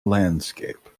landscape